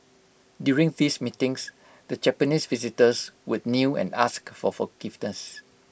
during these meetings the Japanese visitors would kneel and ask for forgiveness